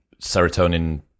serotonin